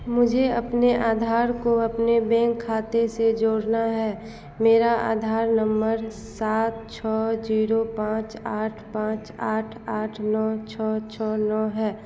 मुझे अपने आधार को अपने बैंक खाते से जोड़ना है मेरा आधार नम्बर सात छः जीरो पाँच आठ पाँच आठ आठ नौ छः छः नौ है